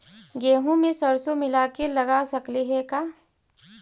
गेहूं मे सरसों मिला के लगा सकली हे का?